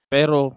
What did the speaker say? Pero